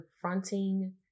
confronting